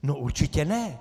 No určitě ne!